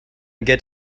get